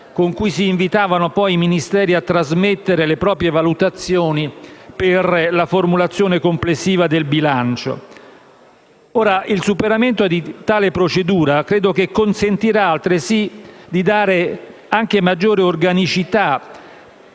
con cui si invitavano i Ministeri a trasmettere le proprie valutazioni per la formazione complessiva del bilancio. Il superamento di tale procedura, credo, consentirà altresì di dare maggiore organicità,